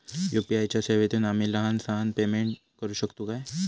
UPI च्या सेवेतून आम्ही लहान सहान पेमेंट करू शकतू काय?